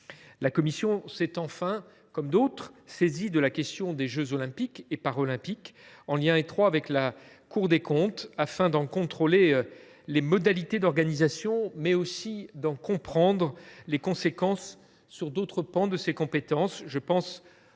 la commission s’est, comme d’autres, saisie de la question des jeux Olympiques et Paralympiques, en lien étroit avec la Cour des comptes, afin d’en contrôler les modalités d’organisation, mais aussi d’en comprendre les conséquences sur d’autres pans de ses compétences